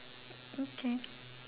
okay